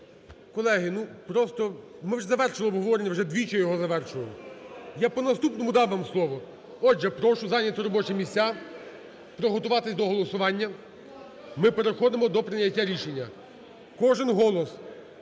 просто, ми вже завершили обговорення, вже двічі його завершили. Я по наступному дам вам слово. Отже, прошу зайняти робочі місця, приготуватись до голосування. ми переходимо до прийняття рішення. Кожен голос